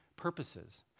purposes